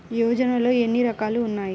యోజనలో ఏన్ని రకాలు ఉన్నాయి?